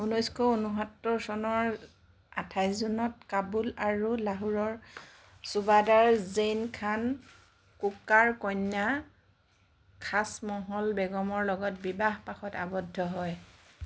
ঊনৈছশ ঊনোসত্তৰ চনৰ আঠাইছ জুনত কাবুল আৰু লাহোৰৰ চুবাদাৰ জেইন খান কোকাৰ কন্যা খাছমহল বেগমৰ লগত বিবাহপাশত আবদ্ধ হয়